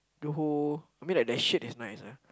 Johor I mean like the shirt is nice ah